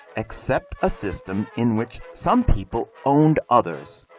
accept a system in which some people owned others?